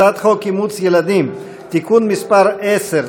הצעת חוק אימוץ ילדים (תיקון מס' 10),